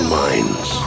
minds